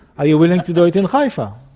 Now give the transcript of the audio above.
are you willing to do it in haifa?